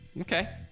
Okay